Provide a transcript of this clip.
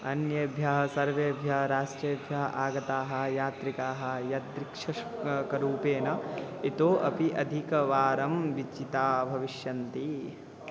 अन्येभ्यः सर्वेभ्यः राष्ट्रेभ्यः आगताः यात्रिकाः यादृक्षकरूपेण इतोपि अधिकवारं विचित्ता भविष्यन्ति